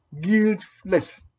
guiltless